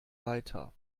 weiter